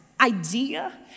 idea